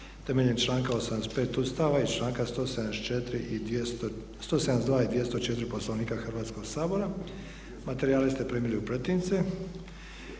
temeljem članka 85. Ustava i članka 172. i 204. Poslovnika Hrvatskog sabora. Materijale ste primili u pretince.